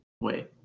wait